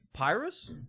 Pyrus